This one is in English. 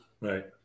Right